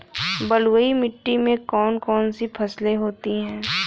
बलुई मिट्टी में कौन कौन सी फसलें होती हैं?